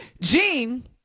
Gene